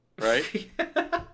right